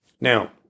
Now